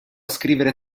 scrivere